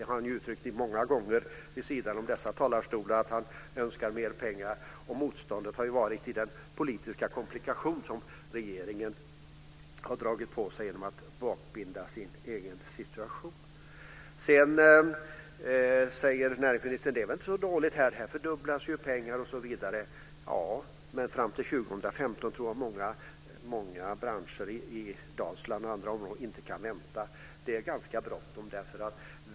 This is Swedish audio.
Han har många gånger, vid sidan av dessa talarstolar, uttryckt att han önskar mera pengar, och motståndet har funnits i den politiska komplikation som regeringen har dragit på sig genom att bakbinda sig själv. Näringsministern säger att detta inte är så dåligt. Pengarna fördubblas, osv. Men jag tror inte att många branscher i Dalsland och andra områden kan vänta fram till 2015. Det är ganska bråttom.